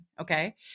okay